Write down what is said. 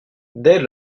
dès